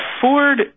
Ford